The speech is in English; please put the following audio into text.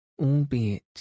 albeit